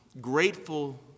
grateful